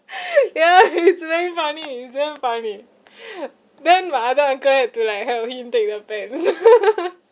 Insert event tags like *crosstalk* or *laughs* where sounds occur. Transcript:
*laughs* ya it's very funny it's very funny then my other uncle had to like help him take the pants *laughs*